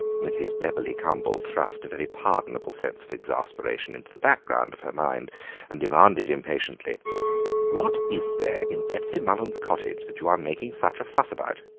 mrs. bebberley cumble thrust a very pardonable sense of exasperation into the background of her mind and demanded impatiently what is there in betsy mullen's cottage that you are making such a fuss about?